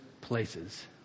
places